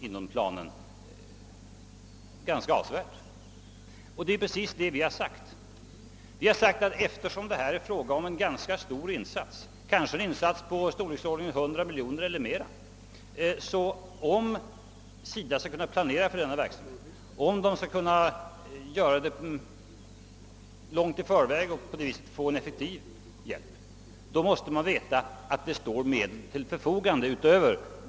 Att det skulle behöva bli fallet är precis vad vi har sagt. Eftersom det här är fråga om en ganska stor insats, kanske 100 miljoner kronor eller mer, måste SIDA, om man skall kunna planera för en effektiv hjälp, veta att det finns medel till förfogande.